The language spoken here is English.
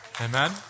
Amen